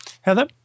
Heather